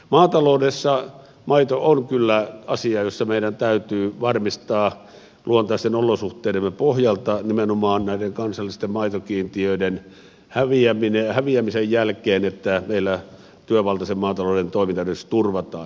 maataloudessa maito on kyllä asia jossa meidän täytyy varmistaa luontaisten olosuhteidemme pohjalta nimenomaan näiden kansallisten maitokiintiöiden häviämisen jälkeen että meillä työvaltaisen maatalouden toimintaedellytykset turvataan